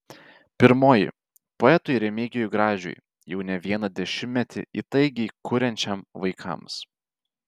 pirmoji poetui remigijui gražiui jau ne vieną dešimtmetį įtaigiai kuriančiam vaikams